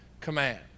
command